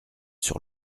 sur